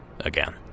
again